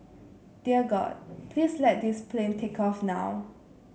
dear God please let this plane take off now